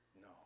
No